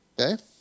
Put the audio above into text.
Okay